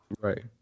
Right